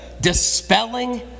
Dispelling